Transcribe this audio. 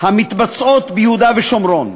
המתבצעות ביהודה ושומרון: